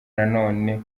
nanone